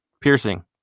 piercing